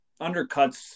undercuts